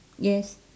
yes